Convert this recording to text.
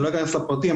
אני לא אכנס לפרטים,